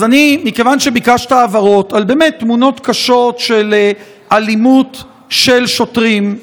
מכיוון שביקשת הבהרות על תמונות באמת קשות של אלימות של שוטרים,